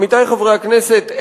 עמיתי חברי הכנסת,